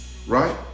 right